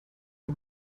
sie